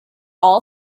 all